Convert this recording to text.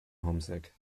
homesick